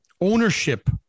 ownership